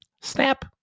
snap